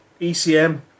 ECM